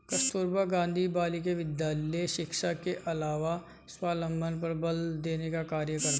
कस्तूरबा गाँधी बालिका विद्यालय शिक्षा के अलावा स्वावलम्बन पर बल देने का कार्य करता है